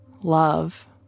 love